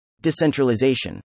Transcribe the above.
Decentralization